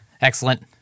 excellent